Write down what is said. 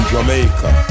Jamaica